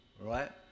right